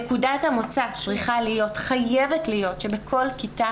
נקודת המוצא חייבת להיות שבכל כיתה